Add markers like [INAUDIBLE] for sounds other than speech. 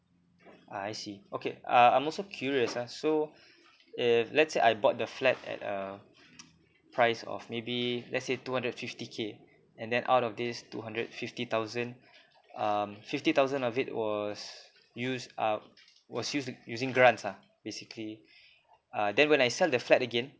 ah I see okay uh I'm also curious ah so if let's say I bought the flat at a [NOISE] price of maybe let's say two hundred fifty K and then out of these two hundred fifty thousand um fifty thousand of it was used up was used using grants ah basically uh then when I sell the flat again